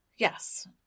Yes